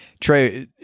Trey